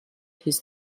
his